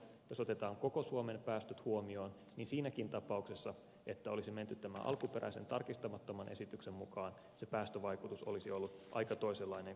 jos otetaan koko suomen päästöt huomioon niin siinäkin tapauksessa että olisi menty tämän alkuperäisen tarkistamattoman esityksen mukaan se päästövaikutus olisi ollut aika toisenlainen kuin neljänneksen lisäys